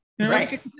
right